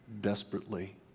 desperately